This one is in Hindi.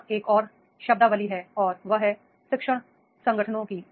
यहां एक और शब्दावली है और वह है लर्निंग ऑर्गेनाइजेशन की